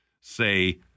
say